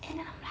and I'm like